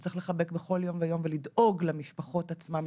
צריך לחבק בכל יום ויום ולדאוג למשפחות עצמן,